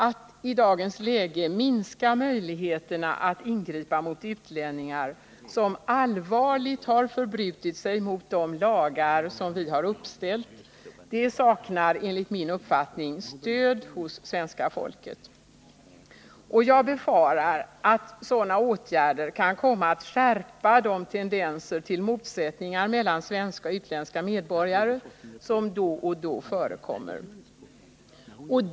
Att i dagens läge minska möjligheterna att ingripa mot utlänningar som allvarligt förbrutit sig mot de lagar, som vi uppställt, saknar enligt min uppfattning stöd hos svenska folket. Jag befarar att sådana åtgärder kan komma att skärpa de tendenser till motsättningar mellan svenska och utländska medborgare som då och då förekommer.